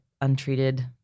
untreated